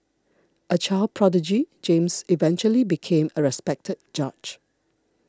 a child prodigy James eventually became a respected judge